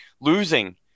losing